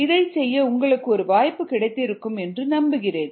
இதைச் செய்ய உங்களுக்கு ஒரு வாய்ப்பு கிடைத்திருக்கும் என்று நம்புகிறேன்